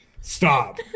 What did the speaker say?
stop